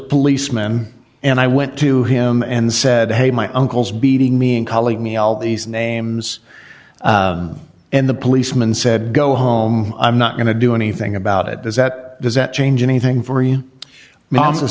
policeman and i went to him and said hey my uncle's beating me and calling me all these names and the policeman said go home i'm not going to do anything about it does that does that change anything for you